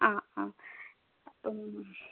ആ ആ